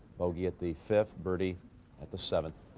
bogey at the fifth birdie at the seventh.